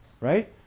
right